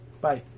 Bye